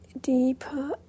deeper